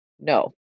No